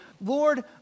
Lord